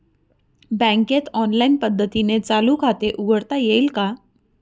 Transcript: बँकेत ऑनलाईन पद्धतीने चालू खाते उघडता येईल का?